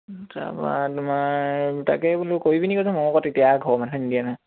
তাৰপৰা তোমাৰ তাকে বোলো কৰিবিনি কৈছে মই আকৌ তেতিয়া ঘৰৰ মানুহে নিদিয়ে নহয়